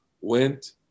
went